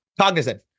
cognizant